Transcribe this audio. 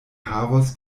havos